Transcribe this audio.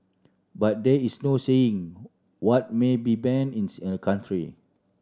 but there is no saying what may be ban in a country